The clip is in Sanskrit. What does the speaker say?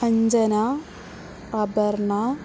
अञ्जना आभरणा